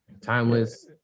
timeless